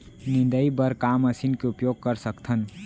निंदाई बर का मशीन के उपयोग कर सकथन?